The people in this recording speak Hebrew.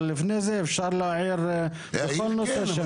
אבל, לפני זה אפשר להעיר לכל נושא.